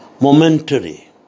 momentary